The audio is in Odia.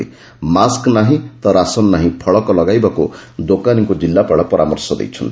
'ମାସ୍କ ନାହିଁ ତ ରାସନ ନାହିଁ' ଫଳକ ଲଗାଇବାକୁ ଦୋକାନୀଙ୍କୁ ଜିଲ୍ଲାପାଳ ପରାମର୍ଶ ଦେଇଛନ୍ତି